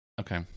okay